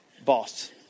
boss